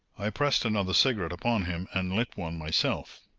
i pressed another cigarette upon him and lit one myself.